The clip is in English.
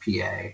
PA